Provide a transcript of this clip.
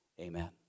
Amen